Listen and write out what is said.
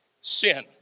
sin